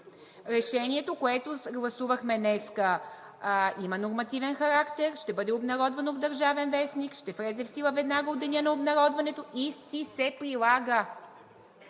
Решението, което гласувахме днес, има нормативен характер, ще бъде обнародвано в „Държавен вестник“, ще влезе в сила веднага от деня на обнародването и си се прилага.